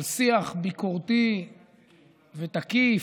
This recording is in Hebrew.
על שיח ביקורתי ותקיף.